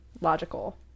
logical